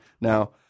Now